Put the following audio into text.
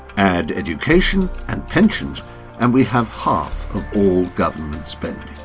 add education and pensions and we have half of all government spending.